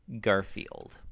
Garfield